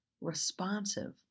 responsive